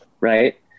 Right